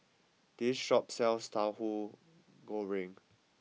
this shop sells Tahu Goreng